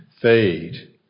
fade